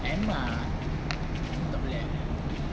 tak boleh